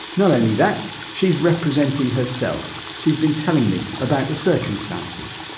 not only that she's representing herself. she's been telling me about the circumstances.